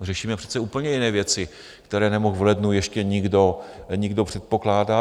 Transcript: Řešíme přece úplně jiné věci, které nemohl v lednu ještě nikdo, nikdo předpokládat.